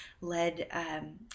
led